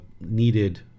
needed